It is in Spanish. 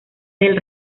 del